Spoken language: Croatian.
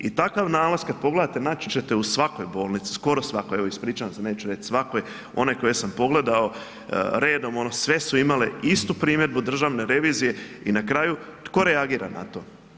I takav nalaz kad pogledate, naći ćete u svakoj bolnici, skoro svakoj, evo, ispričavam se, neću reći svakoj, onaj koje sam pogledao redom, sve su imale istu primjedbu Državne revizije i na kraju, tko reagira na to?